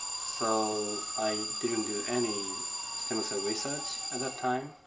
so i didn't do any stem cell research at that time.